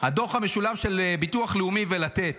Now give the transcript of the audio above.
הדוח המשולב של ביטוח לאומי ו"לתת".